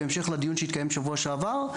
בהמשך לדיון שהתקיים שבוע שעבר,